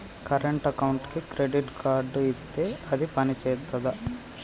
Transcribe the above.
Current అకౌంట్కి credit card ఇత్తే అది పని చేత్తదా?